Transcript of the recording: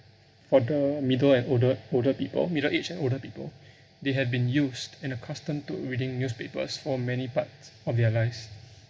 for the middle and older older people middle aged and older people they have been used and accustomed to reading newspapers for many parts of their lives